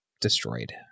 destroyed